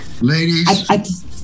Ladies